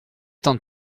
temps